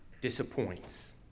disappoints